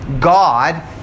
God